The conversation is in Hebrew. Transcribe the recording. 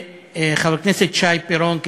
חבר הכנסת שי פירון,